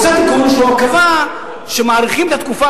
הוא עשה תיקון שקבע שמאריכים את התקופה